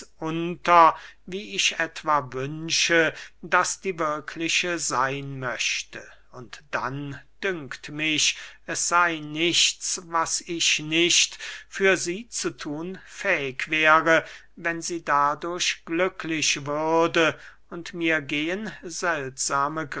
unter wie ich etwa wünsche daß die wirkliche seyn möchte und dann dünkt mich es sey nichts was ich nicht für sie zu thun fähig wäre wenn sie dadurch glücklich würde und mir gehen seltsame